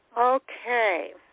Okay